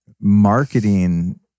marketing